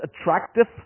attractive